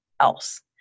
else